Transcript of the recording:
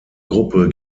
gruppe